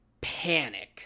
panic